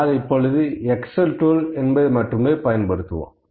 ஆனால் இப்பொழுது Excel tool மட்டுமே பயன்படுத்துவோம்